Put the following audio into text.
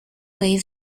way